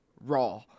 Raw